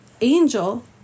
angel